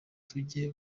tujye